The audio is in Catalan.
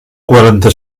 quaranta